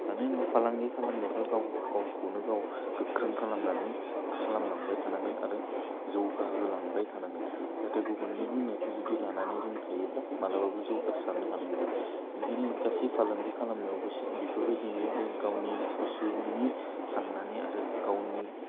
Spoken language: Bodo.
मानो होमबा फालांगि खालामनोब्ला गाव गावखौनो गाव गोख्रों खालामनानै खालामलांबाय थानांगोन आरो जौगा होलांबाय थानांगोन जाहाथे गुबुननि बुंनायखौ जुदि लानानै जों थायोब्ला मालाबाबो जौगासारनो हानाय नङा ओंखायनो गासै फालांगि खालामनायाव गोसो बेफोरबायदिनो दे गावनि गोसोनि सान्नानै आरो गावनि